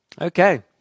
Okay